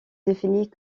définit